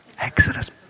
Exodus